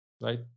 right